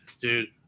dude